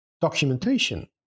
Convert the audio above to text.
documentation